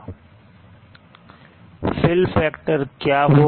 fill factor क्या होगा